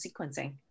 sequencing